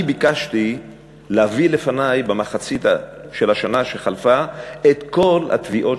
אני ביקשתי להביא לפני את כל התביעות